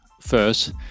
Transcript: first